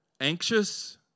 anxious